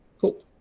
Cool